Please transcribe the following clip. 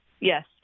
Yes